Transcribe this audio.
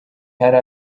hari